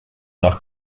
nach